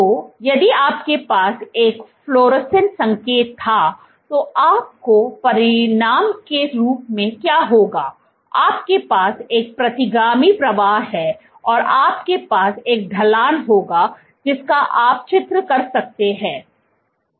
तो यदि आपके पास एक फ्लोरोसेंट संकेत था तो आपको परिणाम के रूप में क्या होगा आपके पास एक प्रतिगामी प्रवाह है और आपके पास एक ढलान होगा जिसका आप चित्र कर सकते हैं